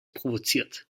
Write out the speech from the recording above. provoziert